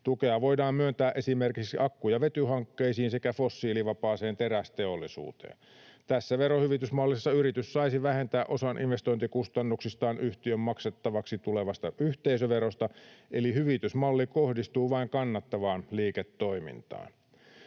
Tukea voidaan myöntää esimerkiksi akku- ja vetyhankkeisiin sekä fossiilivapaaseen terästeollisuuteen. Tässä verohyvitysmallissa yritys saisi vähentää osan investointikustannuksistaan yhtiön maksettavaksi tulevasta yhteisöverosta, eli hyvitysmalli kohdistuu vain kannattavaan liiketoimintaan.